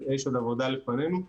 עבודה לפנינו.